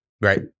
Right